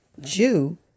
Jew